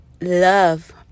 love